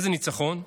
איזה ניצחון?